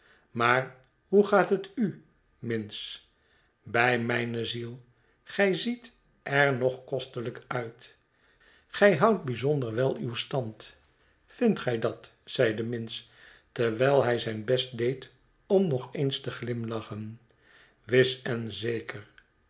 maar hoe gaat het u minns bij mijne ziel gij ziet er nog kostelijk uit gij houdt bijzonder wel uw stand vindt gij dat zeide minns terwijl hij zijn best deed om nog eens te glimlachen wis en zeker